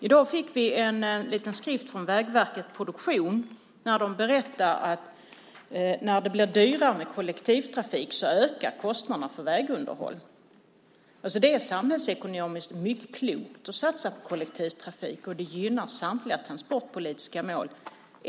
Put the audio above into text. I dag fick vi en liten skrift från Vägverket Produktion där man berättar att när det blir dyrare med kollektivtrafik så ökar kostnaderna för vägunderhåll. Det är alltså samhällsekonomiskt mycket klokt att satsa på kollektivtrafik, och det gynnar samtliga transportpolitiska mål.